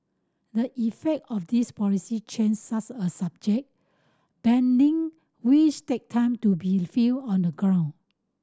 the effect of these policy changes such as subject banding wish take time to be felt on the ground